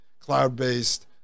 cloud-based